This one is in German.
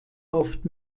oft